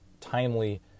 timely